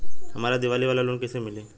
हमरा दीवाली वाला लोन कईसे मिली?